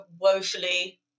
woefully